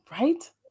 Right